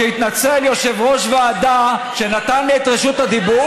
שיתנצל יושב-ראש ועדה שנתן לי את רשות הדיבור